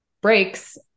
breaks